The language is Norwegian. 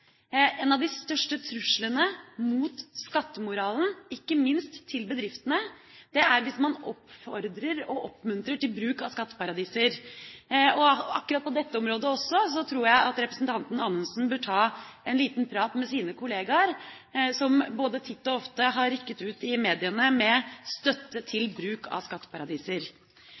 En av de største truslene mot skattemoralen, ikke minst til bedriftene, er hvis man oppfordrer og oppmuntrer til bruk av skatteparadiser. Også på akkurat dette området tror jeg at representanten Anundsen bør ta en liten prat med sine kollegaer, som både titt og ofte har rykket ut i mediene med støtte til bruk av skatteparadiser.